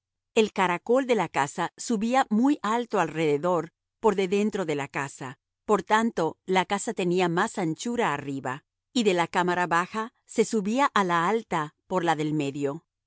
el caracol de la casa subía muy alto alrededor por de dentro de la casa por tanto la casa tenía más anchura arriba y de la cámara baja se subía á la alta por la del medio